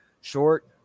short